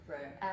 Right